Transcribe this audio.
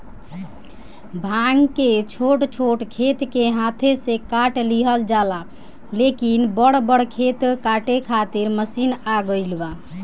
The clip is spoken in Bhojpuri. भांग के छोट छोट खेत के हाथे से काट लिहल जाला, लेकिन बड़ बड़ खेत काटे खातिर मशीन आ गईल बा